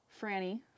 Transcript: Franny